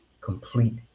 complete